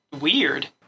weird